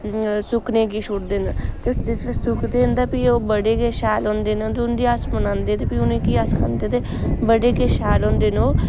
सुक्कने गी छोड़दे न ते जिसलै सुकदे न ते फ्ही ओह् बड़े गै शैल होंदे न ते उं'दी अस बनांदे ते फ्ही उ'नेंगी अस खंदे ते बड़े गै शैल होंदे न ओह्